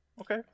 Okay